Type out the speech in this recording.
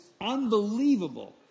unbelievable